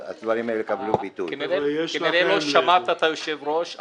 הם יהיו לרשותכם --- לא תשבו אחרי שמסיימים את התקנות,